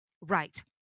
right